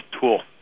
tool